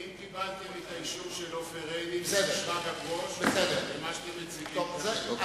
האם קיבלתם את האישור של עופר עיני ושרגא ברוש למה שאתם מציגים היום?